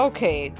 Okay